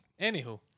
Anywho